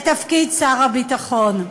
את תפקיד שר הביטחון.